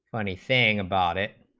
money thing about it